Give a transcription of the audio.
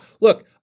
look